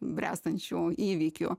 bręstančių įvykių